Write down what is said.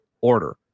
order